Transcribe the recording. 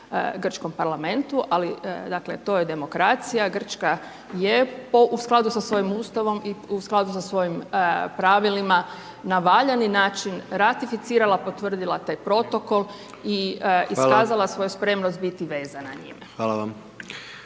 grčkom parlamentu, ali to je dakle, demokracija, Grčka je u skladu sa svojim Ustavom i u skladu sa svojim pravilima na valjani način ratificirala, potvrdila taj protokol i .../Upadica: Hvala./... iskazala svoju spremnost biti vezana njime.